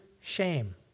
shame